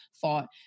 thought